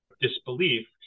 disbelief